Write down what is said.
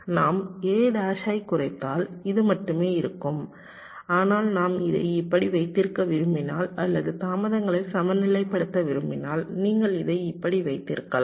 நாம் யை குறைத்தால் இது மட்டுமே இருக்கும் ஆனால் நாம் இதை இப்படி வைத்திருக்க விரும்பினால் அல்லது தாமதங்களை சமநிலைப்படுத்த விரும்பினால் நீங்கள் இதை இப்படி வைத்திருக்கலாம்